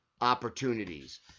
opportunities